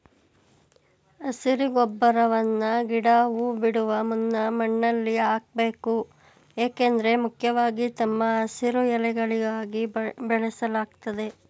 ಹಸಿರು ಗೊಬ್ಬರವನ್ನ ಗಿಡ ಹೂ ಬಿಡುವ ಮುನ್ನ ಮಣ್ಣಲ್ಲಿ ಹಾಕ್ಬೇಕು ಏಕೆಂದ್ರೆ ಮುಖ್ಯವಾಗಿ ತಮ್ಮ ಹಸಿರು ಎಲೆಗಳಿಗಾಗಿ ಬೆಳೆಸಲಾಗ್ತದೆ